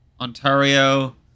Ontario